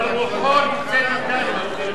אבל רוחו נמצאת אתנו.